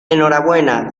enhorabuena